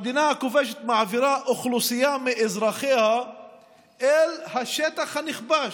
המדינה הכובשת מעבירה אוכלוסייה של אזרחיה אל השטח הנכבש,